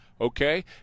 Okay